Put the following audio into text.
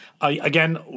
again